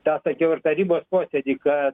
tą sakiau ir tarybos posėdy kad